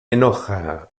enoja